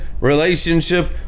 relationship